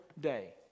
day